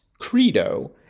credo